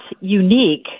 unique